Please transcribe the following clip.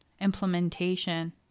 implementation